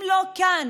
אם לא כאן,